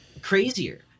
crazier